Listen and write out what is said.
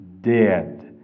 dead